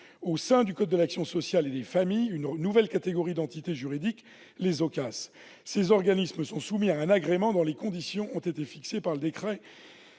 au sein du code de l'action sociale et des familles, une nouvelle catégorie d'entité juridique, les OACAS. Ces organismes sont soumis à un agrément dont les conditions ont été fixées par le décret